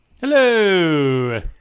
Hello